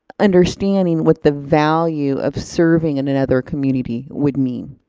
understanding what the value of serving in another community would mean?